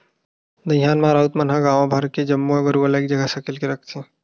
दईहान म राउत मन ह गांव भर के जम्मो गरूवा ल एक जगह सकेल के रखथे